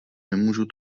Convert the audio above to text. nemůžu